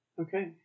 Okay